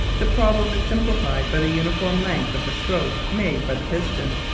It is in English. the problem is simplified by the uniform length of the stroke made by the piston,